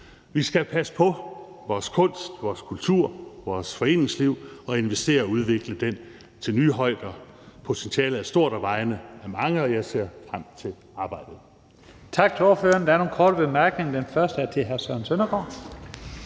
Vi skal passe på vores kunst, vores kultur og vores foreningsliv og investere i og udvikle dem til nye højder. Potentialet er stort, og vejene er mange, og jeg ser frem til arbejdet. Kl. 11:30 Første næstformand (Leif Lahn Jensen): Tak til ordføreren. Der er nogle korte bemærkninger. Den første er til hr. Søren Søndergaard.